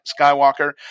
Skywalker